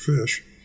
fish